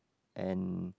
and